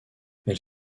elle